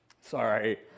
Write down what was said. Sorry